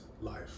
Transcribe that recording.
life